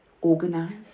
organized